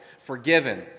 forgiven